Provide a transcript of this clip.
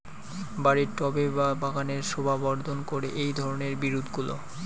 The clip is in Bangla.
বাড়ির টবে বা বাগানের শোভাবর্ধন করে এই ধরণের বিরুৎগুলো